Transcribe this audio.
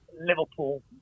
Liverpool